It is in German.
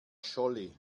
scholli